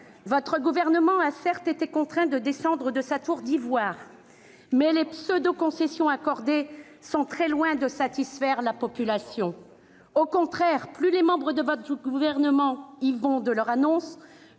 votre gouvernement a certes été contraint de descendre de sa tour d'ivoire ... Mais les pseudo-concessions accordées sont très loin de satisfaire la population. Au contraire, plus les membres de votre gouvernement y vont de leurs annonces,